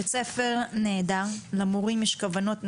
בית-ספר נהדר, למורים יש כוונות נהדרות,